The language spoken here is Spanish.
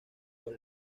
dos